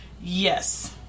Yes